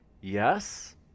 Yes